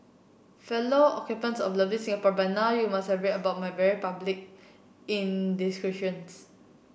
fellow occupants of lovely Singapore by now you must have read about my very public indiscretions